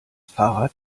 fahrrad